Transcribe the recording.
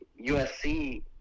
USC